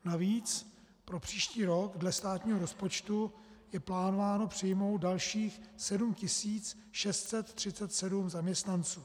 Navíc pro příští rok dle státního rozpočtu je plánováno přijmout dalších 7 637 zaměstnanců.